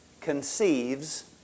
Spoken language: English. conceives